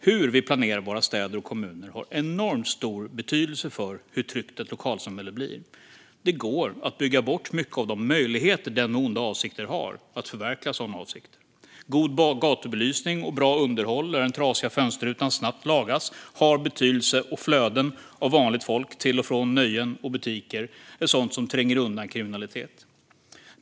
Hur vi planerar våra städer och kommuner har enormt stor betydelse för hur tryggt ett lokalsamhälle blir. Det går att bygga bort många av de möjligheter som den med onda avsikter har att förverkliga sådana avsikter. God gatubelysning och bra underhåll, att den trasiga fönsterrutan snabbt lagas, har betydelse, och flöden av vanligt folk till och från nöjen och butiker är sådant som tränger undan kriminalitet.